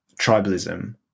tribalism